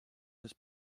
des